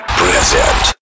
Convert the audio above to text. present